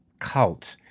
cult